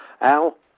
Al